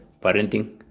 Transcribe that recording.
parenting